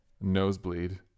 nosebleed